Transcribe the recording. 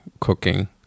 cooking